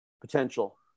potential